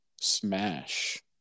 Smash